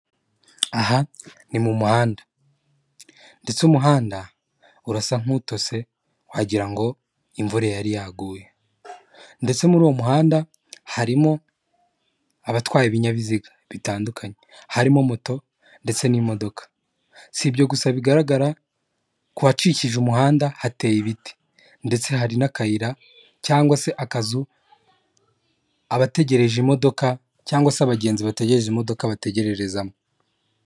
Aha ni mu muhanda ndetse umuhanda urasa nk'utose wagirango ngo imvura yari yaguye, ndetse muri uwo muhanda harimo abatwaye ibinyabiziga bitandukanye harimo moto ndetse n'imodoka. Sibyo gusa bigaragara ku hacikije umuhanda hateye ibiti ndetse hari n'akayira cyangwa se akazu abategereje imodoka cyangwa se abagenzi bategereje imodoka bategererezamo.